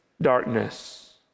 darkness